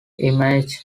image